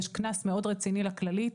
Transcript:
יש קנס מאוד רציני לכללית,